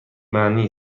معنی